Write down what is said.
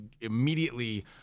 immediately